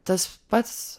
tas pats